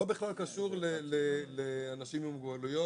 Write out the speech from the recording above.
בכלל לא קשור לאנשים עם מוגבלויות.